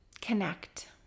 connect